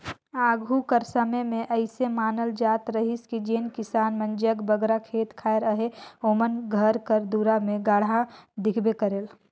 आघु कर समे मे अइसे मानल जात रहिस कि जेन किसान मन जग बगरा खेत खाएर अहे ओमन घर कर दुरा मे गाड़ा दिखबे करे